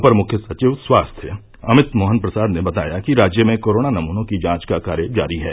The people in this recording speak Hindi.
अपर मुख्य सचिव स्वास्थ्य अमित मोहन प्रसाद ने बताया कि राज्य में कोरोना नमूनों की जांच का कार्य जारी है